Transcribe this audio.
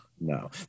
no